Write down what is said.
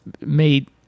made